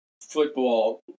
football